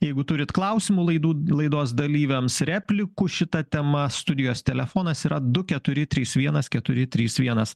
jeigu turit klausimų laidų laidos dalyviams replikų šita tema studijos telefonas yra du keturi trys vienas keturi trys vienas